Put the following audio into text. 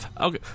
Okay